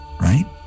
right